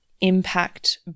impact